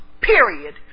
period